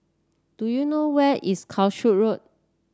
do you know where is Calshot Road